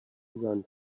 run